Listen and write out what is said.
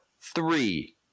three